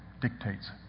dictates